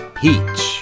peach